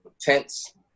tense